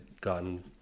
gotten